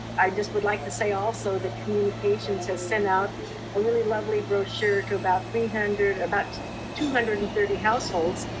i just would like to say also that communications has sent out a really lovely brochure to about three hundred, about two hundred and thirty households,